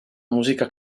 musica